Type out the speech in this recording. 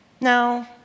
No